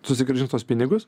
susigrąžins tuos pinigus